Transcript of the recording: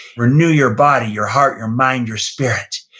renew your body, your heart, your mind, your spirit.